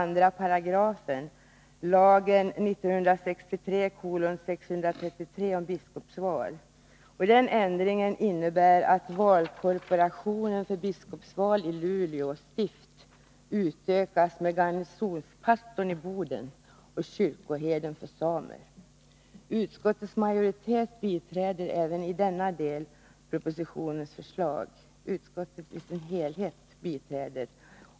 Utskottet i sin helhet biträder även i denna del propositionens förslag.